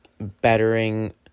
bettering